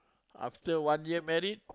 after one year marry